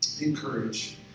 encourage